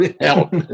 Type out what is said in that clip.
help